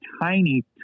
tiny